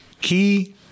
key